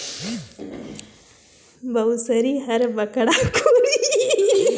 बउसली हर बड़खा कोड़ी अउ नान कोड़ी ले थोरहे ओजन कर रहथे